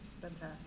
fantastic